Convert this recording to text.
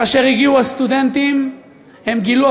כאשר הגיעו הסטודנטים הם גילו,